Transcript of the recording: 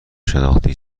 شناختی